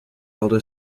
older